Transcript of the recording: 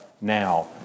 now